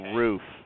roof